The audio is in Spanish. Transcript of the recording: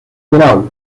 grau